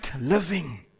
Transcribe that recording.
living